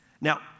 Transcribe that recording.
Now